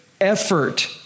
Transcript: effort